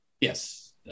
Yes